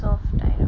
a lot of time